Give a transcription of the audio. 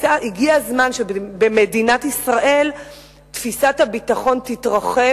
הגיע הזמן שבמדינת ישראל תפיסת הביטחון תתרחב,